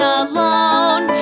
alone